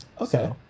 Okay